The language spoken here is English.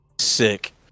sick